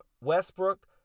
Westbrook